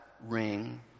ring